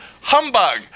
Humbug